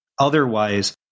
Otherwise